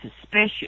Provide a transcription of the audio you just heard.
suspicious